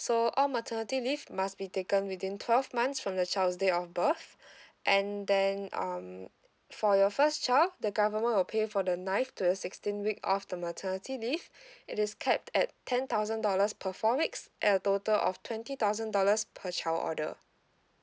so all maternity leave must be taken within twelve months from the child's date of birth and then um for your first child the government will pay for the ninth to the sixteenth week of the maternity leave it is capped at ten thousand dollars per four weeks at a total of twenty thousand dollars per child order